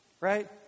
Right